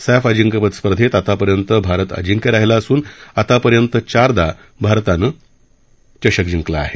safe अजिंक्यपद स्पर्धेत आतापर्यंत भारत अजिंक्य राहिला असून आतापर्यंत चारदा भारताने चषक जिंकला आहे